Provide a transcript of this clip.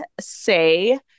say